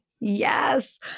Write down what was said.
Yes